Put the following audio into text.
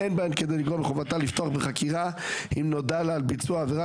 ואין בהן כדי לגרוע מחובתה לפתוח בחקירה אם נודע לה על ביצוע העבירה,